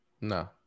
No